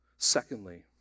Secondly